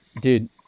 dude